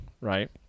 right